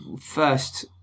first